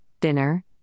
dinner